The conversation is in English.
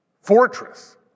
fortress